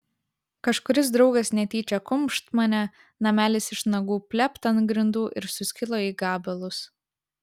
kažkuris draugas netyčią kumšt mane namelis iš nagų plept ant grindų ir suskilo į gabalus